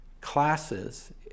classes